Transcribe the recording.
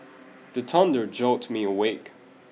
the thunder jolt me awake